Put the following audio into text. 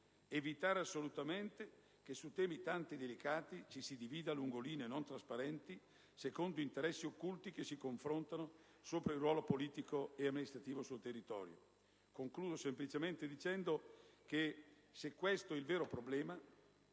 evitare assolutamente che su temi tanto delicati ci si divida lungo linee non trasparenti, secondo interessi occulti che si confrontano sopra il ruolo politico e amministrativo sul territorio. Credo, infine, che il vero problema